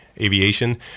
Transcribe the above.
aviation